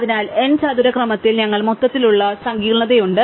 അതിനാൽ n ചതുര ക്രമത്തിൽ ഞങ്ങൾക്ക് മൊത്തത്തിലുള്ള സങ്കീർണ്ണതയുണ്ട്